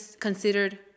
considered